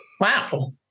wow